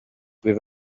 with